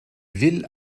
will